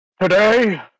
today